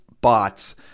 bots